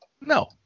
No